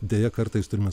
deja kartais turime